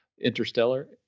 Interstellar